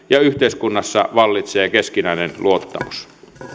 ja yhteiskunnassa vallitsee keskinäinen luottamus